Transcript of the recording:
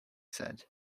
said